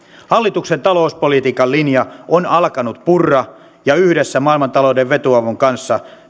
hallituksen talouspolitiikan linja on alkanut purra ja yhdessä maailmantalouden vetoavun kanssa